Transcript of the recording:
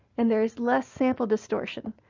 and there is less sample distortion,